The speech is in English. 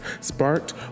sparked